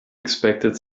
expected